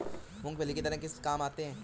मूंगफली के दाने किस किस काम आते हैं?